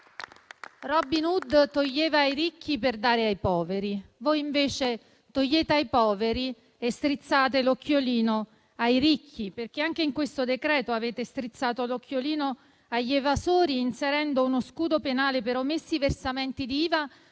Robin Hood infatti toglieva ai ricchi per dare ai poveri; voi invece togliete ai poveri e strizzate l'occhiolino ai ricchi. Anche in questo decreto-legge avete strizzato l'occhiolino agli evasori, inserendo uno scudo penale per omessi versamenti di IVA